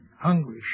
Hungry